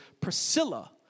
Priscilla